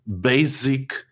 basic